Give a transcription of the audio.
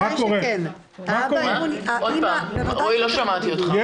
זה מה שקורה בפועל.